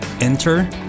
Enter